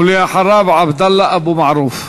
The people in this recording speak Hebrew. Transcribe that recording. ואחריו, עבדאללה אבו מערוף.